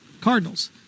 Cardinals